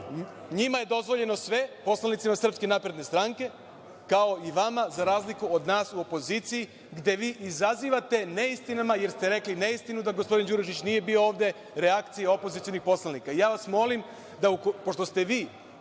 NJima je dozvoljeno sve, poslanicima SNS, kao i vama, za razliku od nas u opoziciji, gde vi izazivate neistinama, jer ste rekli neistinu da gospodin Đurišić nije bio ovde, reakciju opozicionih poslanika. Ja